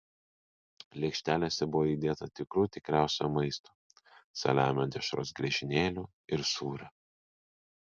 lėkštelėse buvo įdėta tikrų tikriausio maisto saliamio dešros griežinėlių ir sūrio